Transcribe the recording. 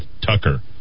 Tucker